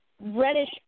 reddish